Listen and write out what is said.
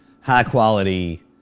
high-quality